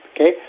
okay